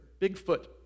Bigfoot